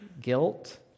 guilt